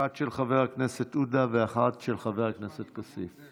אחת של חבר הכנסת עודה ואחת של חבר הכנסת כסיף.